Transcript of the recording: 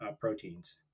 proteins